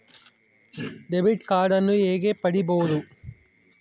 Debit ಕಾರ್ಡನ್ನು ಹೇಗೆ ಪಡಿಬೋದು?